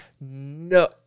No